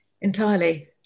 entirely